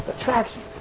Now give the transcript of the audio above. Attraction